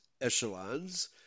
echelons